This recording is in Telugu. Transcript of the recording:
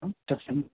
చెప్పండి